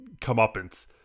comeuppance